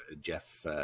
Jeff